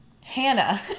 Hannah